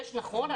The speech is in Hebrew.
נכון,